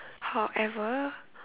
however